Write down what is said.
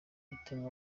zihitana